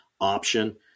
option